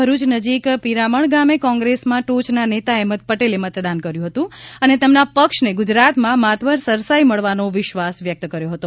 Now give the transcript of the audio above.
ભરૂચ નજીક પીરામણ ગામે કોંગ્રેસમાં ટોચના નેતા અહેમદ પટેલે મતદાન કર્યું હતું અને તેમના પક્ષને ગુજરાતમાં માતબર સરસાઇ મળવાનો વિશ્વાસ વ્યક્ત કર્યો હતો